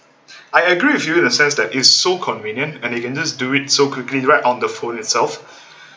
I agree with you in a sense that it's so convenient and you can just do it so quickly right on the phone itself